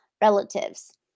relatives